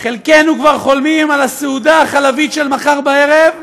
חלקנו כבר חולמים על הסעודה החלבית של מחר בערב,